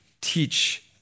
Teach